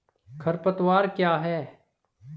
खरपतवार क्या है?